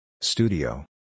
Studio